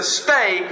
stay